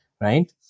right